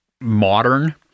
modern